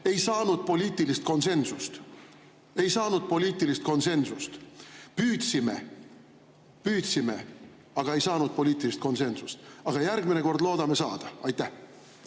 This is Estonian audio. ei saanud poliitilist konsensust. Ei saanud poliitilist konsensust! Me püüdsime, aga ei saanud poliitilist konsensust. Aga järgmine kord loodame saada. Aitäh,